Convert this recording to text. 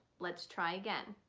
let's try again.